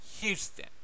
Houston